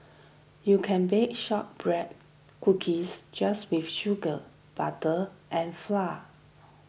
you can bake Shortbread Cookies just with sugar butter and flour